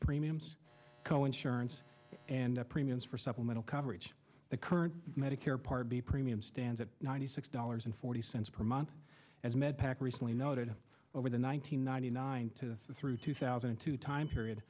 premiums co insurance and premiums for supplemental coverage the current medicare part b premium stands at ninety six dollars and forty cents per month as med pac recently noted over the one nine hundred ninety nine through two thousand and two time period